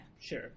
sure